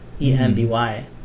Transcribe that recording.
E-M-B-Y